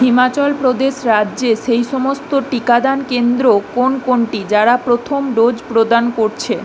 হিমাচল প্রদেশ রাজ্যে সেই সমস্ত টিকাদান কেন্দ্র কোন কোনটি যারা প্রথম ডোজ প্রদান করছে